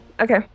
okay